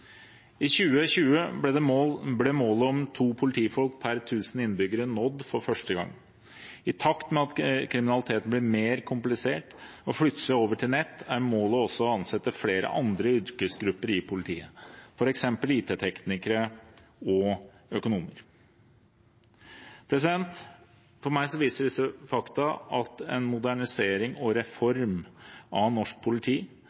I 2020 ble målet om to politifolk per 1 000 innbyggere nådd for første gang. I takt med at kriminaliteten ble mer komplisert og flytter seg over til nett, er målet å ansette flere andre yrkesgrupper i politiet, f.eks. IT-teknikere og økonomer. For meg viser disse faktaene at en modernisering og reform av norsk politi